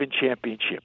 championship